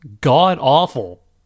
god-awful